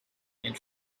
and